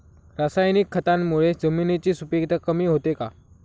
रासायनिक खतांमुळे जमिनीची सुपिकता कमी होते का?